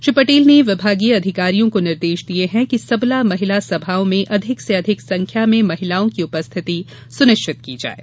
श्री पटेल ने विभागीय अधिकारियों को निर्देश दिये हैं कि सबला महिला सभाओं में अधिक से अधिक संख्या में महिलाओं की उपस्थिति सुनिश्चित की जाये